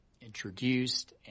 introduced